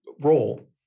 role